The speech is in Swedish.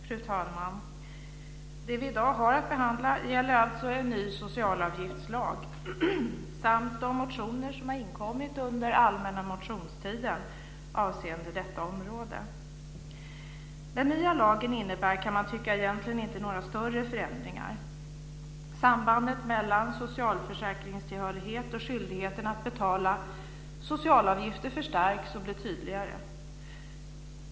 Fru talman! Det som vi i dag har att behandla gäller alltså en ny socialavgiftslag samt de motioner som har inkommit under den allmänna motionstiden avseende detta område. Den nya lagen innebär, kan man tycka, egentligen inte några större förändringar. Sambandet mellan socialförsäkringstillhörighet och skyldigheten att betala socialavgifter förstärks och blir tydligare.